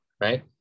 Right